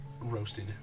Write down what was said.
roasted